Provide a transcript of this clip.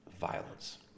violence